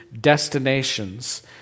destinations